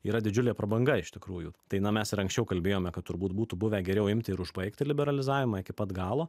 yra didžiulė prabanga iš tikrųjų tai na mes ir anksčiau kalbėjome kad turbūt būtų buvę geriau imti ir užbaigti liberalizavimą iki pat galo